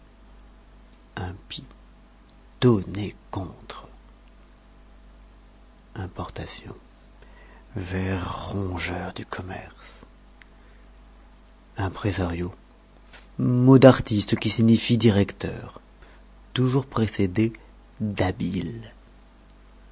tonner contre importation ver rongeur du commerce imprésario mot d'artiste qui signifie directeur toujours précédé d'habile